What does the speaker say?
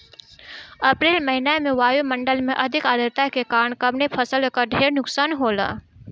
अप्रैल महिना में वायु मंडल में अधिक आद्रता के कारण कवने फसल क ढेर नुकसान होला?